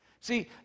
See